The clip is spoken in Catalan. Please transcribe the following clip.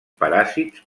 paràsits